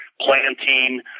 planting